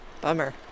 Bummer